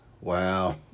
Wow